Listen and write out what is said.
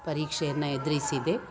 ಪರೀಕ್ಷೆಯನ್ನು ಎದುರಿಸಿದೆ